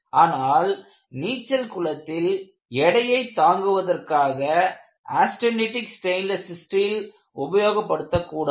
ஆனால் நீச்சல் குளத்தில் எடையை தாங்குவதற்காக ஆஸ்டெனிட்டிக் ஸ்டெயின்லெஸ் ஸ்டீல் உபயோகப்படுத்தக் கூடாது